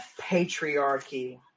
patriarchy